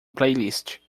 playlist